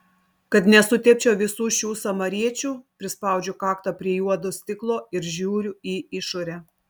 kad nesutepčiau visų šių samariečių prispaudžiu kaktą prie juodo stiklo ir žiūriu į išorę